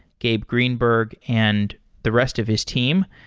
gabe greenberg, and the rest of his team.